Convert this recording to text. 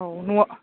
औ न'आव